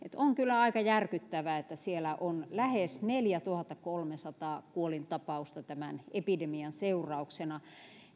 on kyllä aika järkyttävää että siellä on lähes neljätuhattakolmesataa kuolintapausta tämän epidemian seurauksena